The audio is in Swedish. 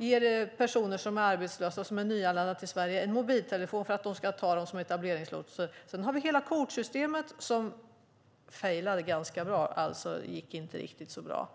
De ger personer som är arbetslösa och som är nyanlända till Sverige en mobiltelefon för att de ska vara etableringslotsar. Sedan har vi hela kvotsystemet, som inte gick så bra.